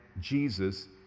jesus